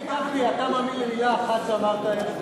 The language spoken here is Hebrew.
תגיד לי, גפני, אתה מאמין למלה אחת שאמרת הערב?